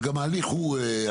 אז גם ההליך הוא אחרת.